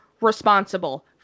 responsible